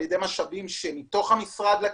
על ידי משאבים שלקחנו מתוך המשרד,